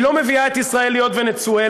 היא לא מביאה את ישראל להיות ונצואלה,